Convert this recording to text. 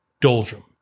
doldrum